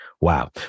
wow